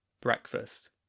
breakfast